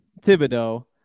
Thibodeau